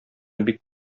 бик